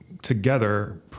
together